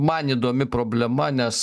man įdomi problema nes